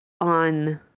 on